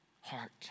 heart